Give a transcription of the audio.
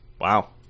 Wow